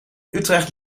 utrecht